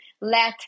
let